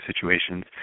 situations